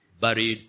buried